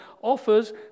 offers